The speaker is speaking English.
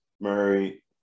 Murray